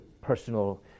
personal